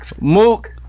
Mook